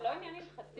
זה לא עניין הלכתי?